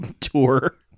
tour